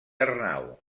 arnau